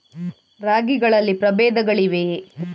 ರಾಗಿಗಳಲ್ಲಿ ಪ್ರಬೇಧಗಳಿವೆಯೇ?